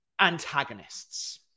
antagonists